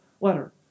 letter